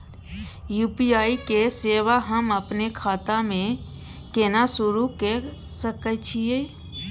UPI के सेवा हम अपने खाता म केना सुरू के सके छियै?